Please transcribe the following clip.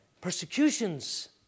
persecutions